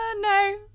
no